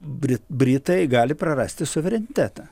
bri britai gali prarasti suverenitetą